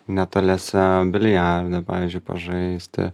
netoliese biliardą pavyzdžiui pažaisti